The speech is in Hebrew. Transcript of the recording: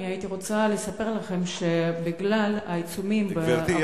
אני הייתי רוצה לספר לכם שבגלל העיצומים --- גברתי,